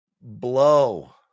blow